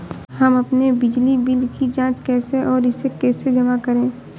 हम अपने बिजली बिल की जाँच कैसे और इसे कैसे जमा करें?